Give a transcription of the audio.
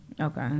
Okay